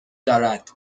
دارد